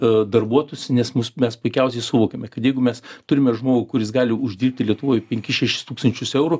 a darbuotųsi nes mus mes puikiausiai suvokiame kad jeigu mes turime žmogų kuris gali uždirbti lietuvoj penkis šešis tūkstančius eurų